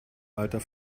alter